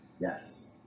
Yes